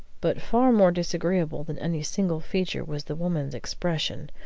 but far more disagreeable than any single feature was the woman's expression,